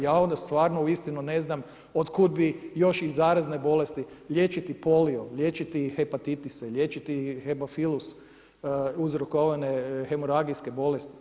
Ja onda stvarno uistinu ne znam od kud bi još i zarazne bolesti, liječiti polio, liječiti hepatitise, liječiti hemofilus, uzrokovane hemoragijske bolesti.